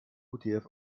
utf